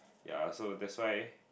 ya so that's why